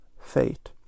fate